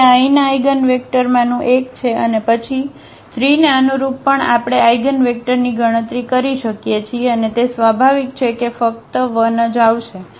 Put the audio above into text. તેથી આ અહીંના આઇગનવેક્ટરમાંનું એક છે અને પછી 3 ને અનુરૂપ પણ આપણે આઇગનવેક્ટરની ગણતરી કરી શકીએ છીએ અને તે સ્વાભાવિક છે કે તે ફક્ત 1 જ આવશે